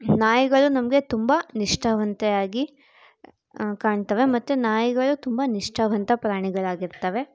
ನಾಯಿಗಳು ನಮಗೆ ತುಂಬ ನಿಷ್ಠಾವಂತೆಯಾಗಿ ಕಾಣ್ತವೆ ಮತ್ತು ನಾಯಿಗಳು ತುಂಬ ನಿಷ್ಠಾವಂತ ಪ್ರಾಣಿಗಳಾಗಿರ್ತವೆ